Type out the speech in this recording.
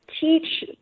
teach